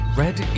red